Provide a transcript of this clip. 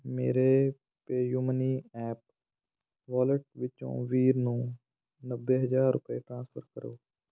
ਮੇਰੇ PayUmoney app wallet ਵਿੱਚੋਂ ਵੀਰ ਨੂੰ ਨੱਬੇ ਹਜ਼ਾਰ ਰੁਪਏ ਟ੍ਰਾਂਸਫਰ ਕਰੋ